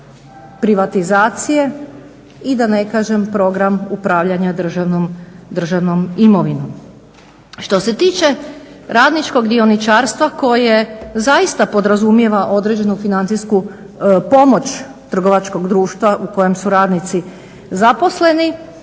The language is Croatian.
privatizacije i da ne kažem program upravljanja državnom imovinom. Što se tiče radničkog dioničarstva koje zaista podrazumijeva određenu financijsku pomoć trgovačkog društva u kojem su radnici zaposleni